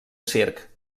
circ